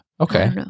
Okay